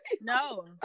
No